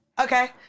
Okay